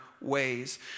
ways